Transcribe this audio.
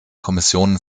kommissionen